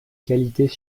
qualités